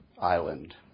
island